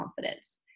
confidence